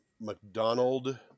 McDonald